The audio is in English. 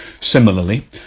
Similarly